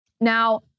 Now